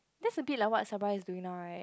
that's a bit like what's sabra is doing now right